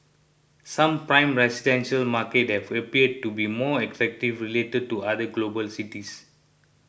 some prime residential market have appeared to be more attractive related to other global cities